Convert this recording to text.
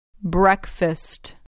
Breakfast